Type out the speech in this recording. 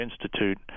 Institute